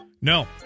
No